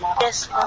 Yes